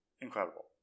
incredible